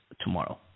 tomorrow